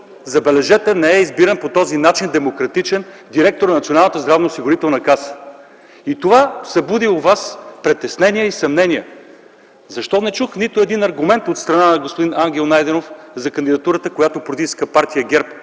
забележете, не е избиран по този демократичен начин директор на Националната здравноосигурителна каса. Това събуди у вас притеснения и съмнения. Защо не чух нито един аргумент от страна на господин Ангел Найденов за кандидатурата, която политическа партия ГЕРБ